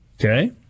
Okay